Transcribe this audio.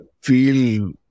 feel